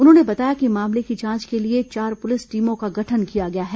उन्होंने बताया कि मामले की जांच के लिए चार पुलिस टीमों का गठन किया गया है